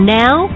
now